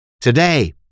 today